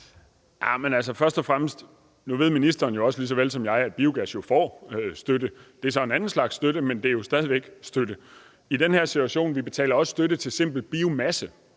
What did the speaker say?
Jens Joel (S): Nu ved ministeren jo lige så vel som jeg, at biogas får støtte. Det er så en anden slags støtte, men det er stadig væk støtte. Vi betaler også støtte til simpel biomasse,